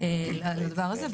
בהתאם לדבר הזה.